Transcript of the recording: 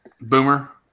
Boomer